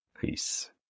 Peace